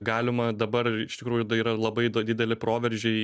galima dabar iš tikrųjų dai yra labai do dideli proveržiai